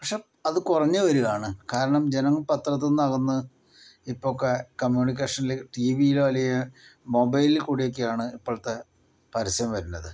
പക്ഷേ അത് കുറഞ്ഞ് വരുകയാണ് കാരണം ജനങ്ങൾ പത്രത്തിൽ നിന്ന് അകന്ന് ഇപ്പോൾ ഒക്കെ കമ്മ്യൂണിക്കേഷനിൽ ടിവിയിലോ അല്ലെങ്കിൽ മൊബൈലിൽ കൂടി ഒക്കെയാണ് ഇപ്പോഴത്തെ പരസ്യം വരുന്നത്